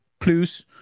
plus